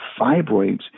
fibroids